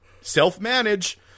self-manage